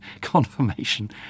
confirmation